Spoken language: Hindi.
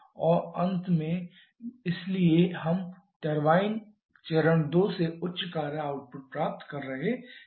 और इसलिए हम टरबाइन चरण 2 से उच्च कार्य आउटपुट प्राप्त कर रहे हैं